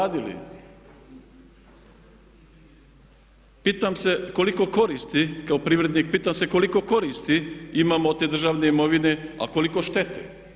Pitam se koliko koristi, kao privrednik, pitam se koliko koristi imamo od te državne imovine, a koliko štete?